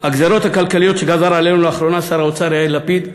הגזירות הכלכליות שגזר עלינו לאחרונה שר האוצר יאיר לפיד,